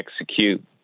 execute